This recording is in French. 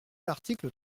l’article